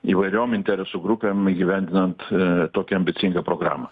įvairiom interesų grupėm įgyvendinant tokią ambicingą programą